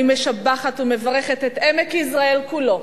אני משבחת ומברכת את עמק יזרעאל כולו,